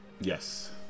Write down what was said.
Yes